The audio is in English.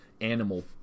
animal